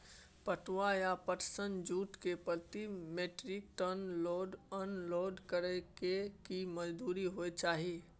पटुआ या पटसन, जूट के प्रति metric ton load unload करै के की मजदूरी होय चाही?